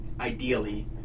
ideally